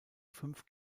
fünf